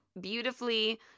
beautifully